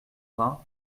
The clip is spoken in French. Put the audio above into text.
vingt